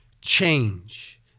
change